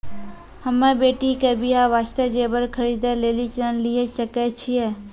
हम्मे बेटी के बियाह वास्ते जेबर खरीदे लेली ऋण लिये सकय छियै?